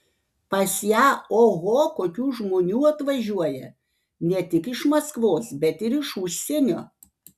pas ją oho kokių žmonių atvažiuoja ne tik iš maskvos bet ir iš užsienio